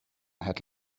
had